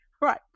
Right